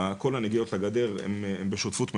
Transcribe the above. כל הנגיעות לגדר הם בשותפות מלאה.